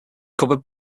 covered